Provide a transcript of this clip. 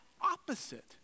opposite